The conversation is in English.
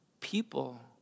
people